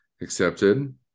accepted